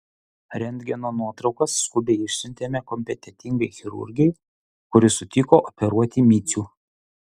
rentgeno nuotraukas skubiai išsiuntėme kompetentingai chirurgei kuri sutiko operuoti micių